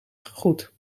goed